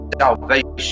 salvation